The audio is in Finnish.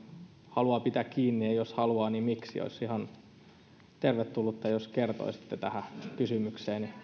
haluavat pitää kiinni ja jos haluavat niin miksi olisi ihan tervetullutta jos kertoisitte tähän kysymykseen